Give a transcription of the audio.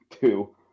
two